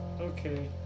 Okay